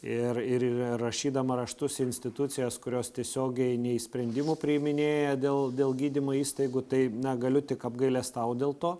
ir ir rašydama raštus į institucijas kurios tiesiogiai nei sprendimų priiminėja dėl dėl gydymo įstaigų tai na galiu tik apgailestaut dėl to